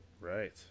Right